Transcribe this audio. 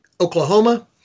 Oklahoma